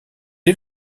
est